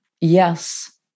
yes